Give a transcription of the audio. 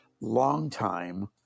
longtime